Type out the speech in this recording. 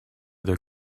their